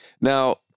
now